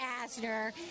Asner